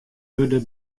hurde